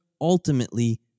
ultimately